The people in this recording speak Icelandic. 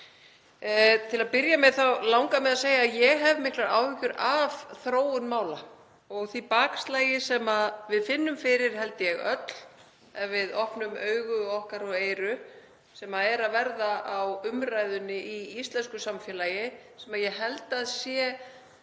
Til að byrja með langar mig að segja að ég hef miklar áhyggjur af þróun mála og því bakslagi sem við finnum fyrir öll, held ég, ef við opnum augu okkar og eyru, sem er að verða á umræðunni í íslensku samfélagi sem ég held að sé